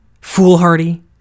foolhardy